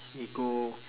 we go